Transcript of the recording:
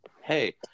Hey